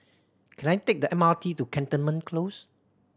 can I take the M R T to Cantonment Close